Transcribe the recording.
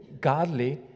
godly